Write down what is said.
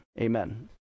amen